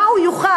מה הוא יוכל?